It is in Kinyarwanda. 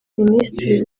minisitiri